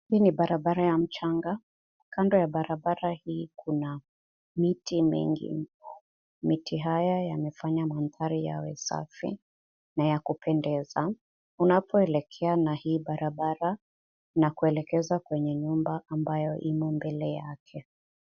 Hii ni barabara ya mchanga. Kando ya barabara hii kuna miti mingi. Miti haya yamefanya mandhari yawe safi na ya kupendeza. Unapoelekea na hii barabara, inakuelekeza kwenye nyumba ambayo imo mbele yake.